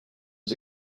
was